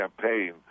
campaign